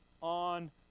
on